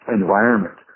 environment